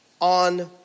on